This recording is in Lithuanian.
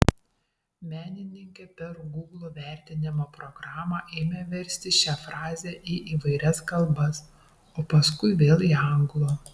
menininkė per gūglo vertimo programą ėmė versti šią frazę į įvairias kalbas o paskui vėl į anglų